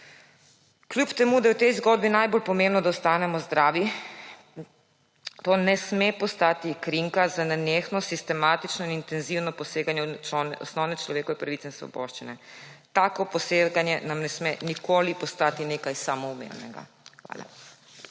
Kljub temu da je v tej zgodbi najbolj pomembno, da ostanemo zdravi, to ne sme postati krinka za nenehno sistematično in intenzivno poseganje v osnovne človekove pravice in svoboščine. Takšno poseganje nam ne sme nikoli postati nekaj samoumevnega. Hvala.